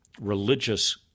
religious